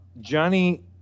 Johnny